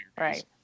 right